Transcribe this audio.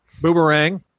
boomerang